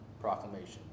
proclamation